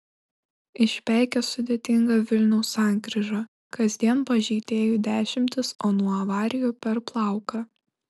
išpeikė sudėtingą vilniaus sankryžą kasdien pažeidėjų dešimtys o nuo avarijų per plauką